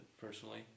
personally